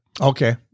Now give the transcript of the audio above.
Okay